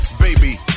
baby